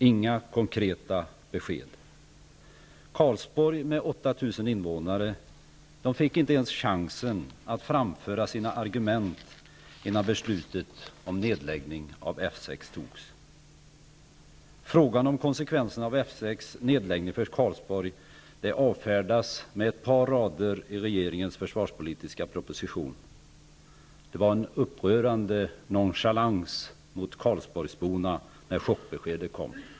Inga konkreta besked -- Karlsborg med 8 000 invånare fick inte ens chansen att framföra sina argument, innan beslutet om nedläggning av F 6 togs. Frågan om konsekvenserna för Karlsborg av nedläggningen av F 6 avfärdas med ett par rader i regeringens försvarspolitiska proposition. Det var en upprörande nonchalans mot karlsborgsborna, när chockbeskedet kom.